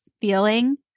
feeling